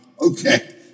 okay